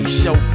show